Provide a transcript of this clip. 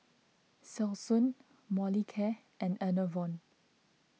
Selsun Molicare and Enervon